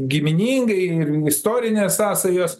giminingai ir istorinės sąsajos